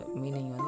meaning